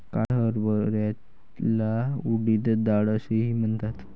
काळ्या हरभऱ्याला उडीद डाळ असेही म्हणतात